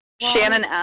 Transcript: Shannon